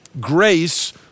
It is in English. Grace